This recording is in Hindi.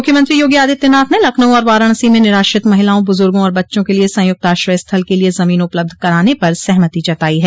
मुख्यमंत्री योगी आदित्यनाथ ने लखनऊ और वाराणसी में निराश्रित महिलाओं बुजुर्गो और बच्चों के लिए संयुक्त आश्रय स्थल के लिए जमीन उपलब्ध कराने पर सहमति जताई है